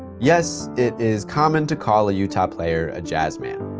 yes, it is common to call a utah player a jazzman.